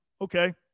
okay